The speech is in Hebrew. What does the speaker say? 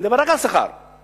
אני מדבר רק על שכר מנהלים.